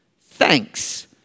Thanks